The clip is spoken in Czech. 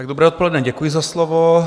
Dobré odpoledne, děkuji za slovo.